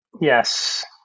Yes